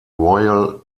royal